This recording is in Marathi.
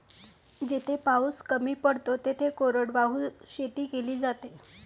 जिथे पाऊस कमी पडतो तिथे कोरडवाहू शेती केली जाते